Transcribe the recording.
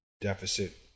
deficit